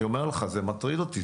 אני אומר לך, זה מטריד אותי.